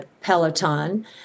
Peloton